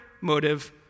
motive